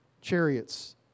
chariots